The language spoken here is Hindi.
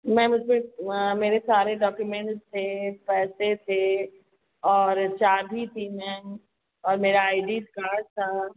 मैम उसमें मेरे सारे डॉक्यूमेंट्स थे पैसे थे और चाभी थी मैम और मेरा आई डी कार्ड था